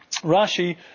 Rashi